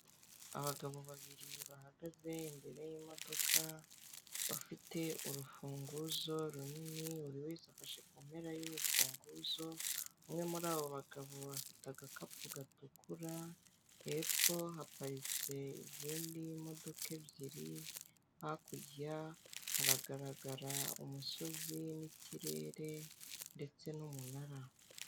Abagabo babiri bahagaze imbere y'imodoka bafite urufunguzo runini, buri wese afashe ku mpera y'urufunguzo, umwe muri abo bagabo afite agakapu gatukura, hepfo haparitse izindi modoka ebyiri, hakurya hagaragara umusozi n'ikirere ndetse n'umunara.